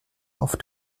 auf